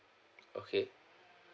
okay